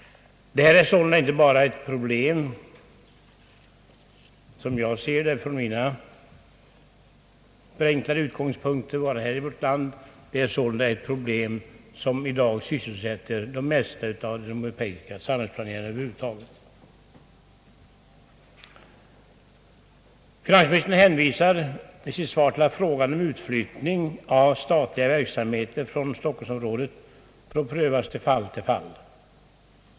Det är således, såsom jag ser det från mina begränsade utgångspunkter, inte ett problem som bara rör vårt land utan som i dag sysselsätter de flesta europeiska samhällsplanerare. Finansministern hänvisar i sitt svar till att frågan om utflyttning av statliga verksamheter från stockholmsområdet får prövas från fall till fall.